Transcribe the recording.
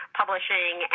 publishing